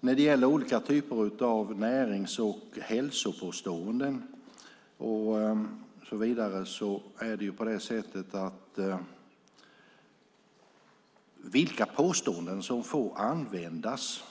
När det gäller olika typer av närings och hälsopåståenden och så vidare är det reglerat i en EU-förordning vilka påståenden som får användas.